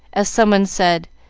as someone said,